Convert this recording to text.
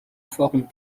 forme